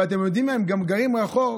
ואתם יודעים מה, הם גם גרים רחוק,